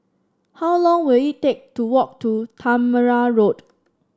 how long will it take to walk to Tangmere Road